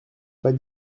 pas